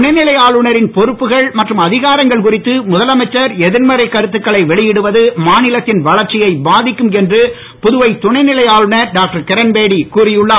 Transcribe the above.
துணை நிலை ஆளுநரின் பொறுப்புகள் மற்றும் அதிகாரங்கள் குறித்து முதலமைச்சர் எதிர்மறைக் கருத்துக்களை வெளியிடுவது மாநிலத்தின் வளர்ச்சியை பாதிக்கும் என்று புதுவை துணை நிலை ஆளுநர் டாக்டர் கிரண்பேடி கூறி உள்ளார்